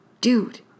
Dude